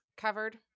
Covered